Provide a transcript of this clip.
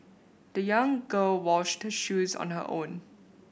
the young girl washed her shoes on her own